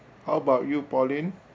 how about you pauline